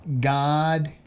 God